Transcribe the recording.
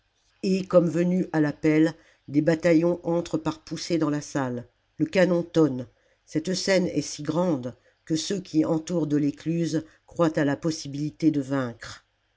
et comme venus à l'appel des bataillons entrent par poussées dans la salle le canon tonne cette scène est si grande que ceux qui entourent delescluze croient à la possibilité de vaincre